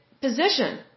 position